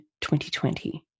2020